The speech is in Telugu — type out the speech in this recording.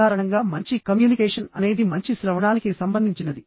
సాధారణంగా మంచి కమ్యూనికేషన్ అనేది మంచి శ్రవణానికి సంబంధించినది